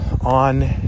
on